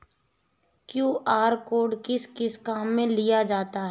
QR code किस किस काम में लिया जाता है?